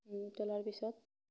উতলাৰ পিছত